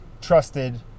trusted